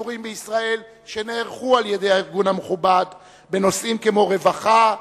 הקשורים לישראל שנערכו על-ידי הארגון המכובד בנושאים כמו רווחה,